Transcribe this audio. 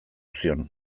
zion